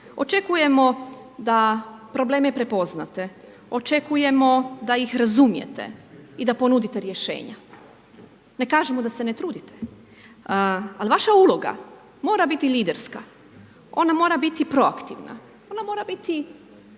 Očekujemo da probleme prepoznate, očekujemo da ih razumijete i da ponudite rješenja. Ne kažemo da se ne trudite, ali vaša uloga mora biti liderska, ona mora biti proaktivna, ona mora biti